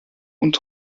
und